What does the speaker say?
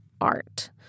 art